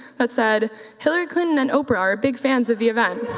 that said hilary clinton and oprah are big fans of the event.